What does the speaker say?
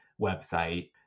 website